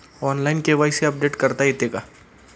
Online KYC update करता येते का?